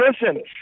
listen